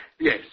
Yes